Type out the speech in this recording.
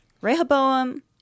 Rehoboam